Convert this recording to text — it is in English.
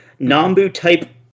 Nambu-type